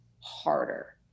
harder